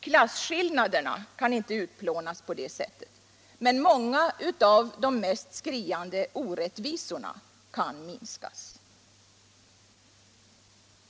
Klasskillnaderna kan inte utplånas på det sättet, men många av de mest skriande orättvisorna kan minskas.